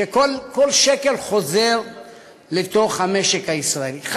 שכל שקל מהם חוזר לתוך המשק הישראלי.